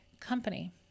company